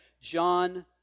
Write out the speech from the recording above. John